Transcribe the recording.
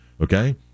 Okay